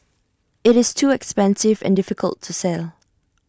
IT is too expensive and difficult to sell